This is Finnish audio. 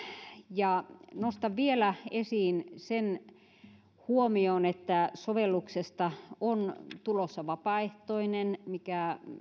ja nostan vielä esiin sen huomion että sovelluksesta on tulossa vapaaehtoinen mikä